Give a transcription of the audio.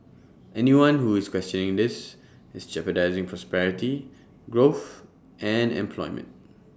anyone who is questioning this is jeopardising prosperity growth and employment